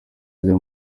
ajya